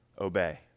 obey